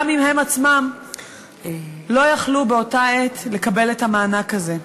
גם אם הם עצמם לא יכלו באותה העת לקבל את המענק הזה.